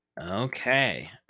Okay